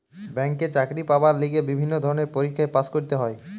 ব্যাংকে চাকরি পাবার লিগে বিভিন্ন ধরণের পরীক্ষায় পাস্ করতে হয়